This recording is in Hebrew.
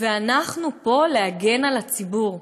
ואנחנו פה להגן על הציבור,